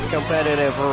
Competitive